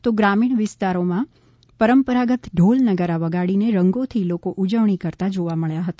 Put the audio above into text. તો ગ્રામીણ વિસ્તારોમાં પરંપરાગત ઢોલ નગારા વગાડીને રંગોથી લોકો ઉજવણી કરતા જોવા મળ્યા હતા